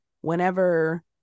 whenever